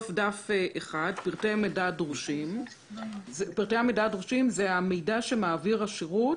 פרטי המידע הדרושים: פרטי המידע הדרושים זה המידע שמעביר השירות,